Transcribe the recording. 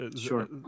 sure